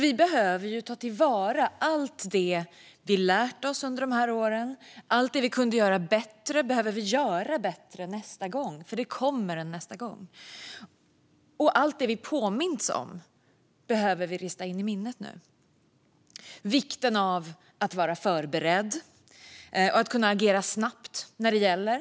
Vi behöver nämligen ta till vara allt det som vi lärt oss under dessa år. Allt det som vi kunde göra bättre behöver vi göra bättre nästa gång, för det kommer en nästa gång. Allt det som vi påmints om behöver vi nu rista in i minnet. Det handlar om vikten av att vara förberedd och att kunna agera snabbt när det gäller.